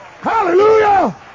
hallelujah